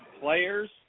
players